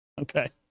Okay